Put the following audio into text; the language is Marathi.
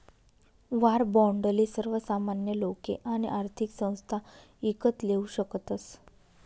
वाॅर बाॅन्डले सर्वसामान्य लोके आणि आर्थिक संस्था ईकत लेवू शकतस